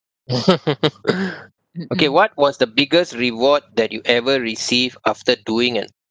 okay what was the biggest reward that you ever received after doing an